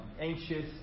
anxious